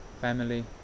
family